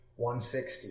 160